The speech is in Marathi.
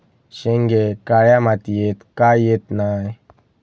शेंगे काळ्या मातीयेत का येत नाय?